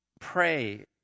pray